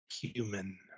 human